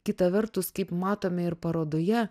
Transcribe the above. kita vertus kaip matome ir parodoje